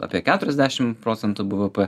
apie keturiasdešimt procentų bvp